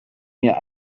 mir